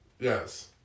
Yes